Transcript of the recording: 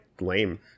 lame